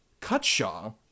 Cutshaw